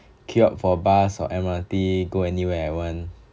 queue up for bus or M_R_T go anywhere I want